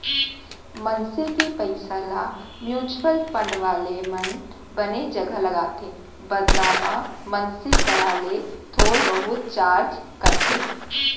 मनसे के पइसा ल म्युचुअल फंड वाले मन बने जघा लगाथे बदला म मनसे करा ले थोर बहुत चारज करथे